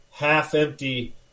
Half-empty